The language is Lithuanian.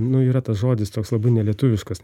nu yra tas žodis toks labai nelietuviškas